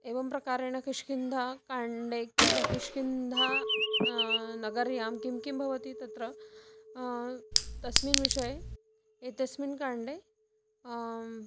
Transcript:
एवं प्रकारेण किष्किन्धाकाण्डे किष्किन्धा नगर्यां किं किं भवति तत्र तस्मिन् विषये एतस्मिन् काण्डे